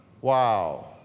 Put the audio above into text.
Wow